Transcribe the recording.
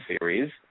series